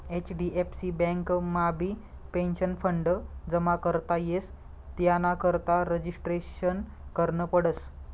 HDFC बँकमाबी pension fund जमा करता येस त्यानाकरता रजिस्ट्रेशन करनं पडस